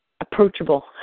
approachable